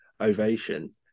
ovation